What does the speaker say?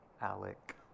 Alec